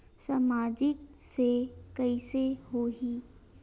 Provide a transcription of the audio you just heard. सामाजिक से कइसे होही?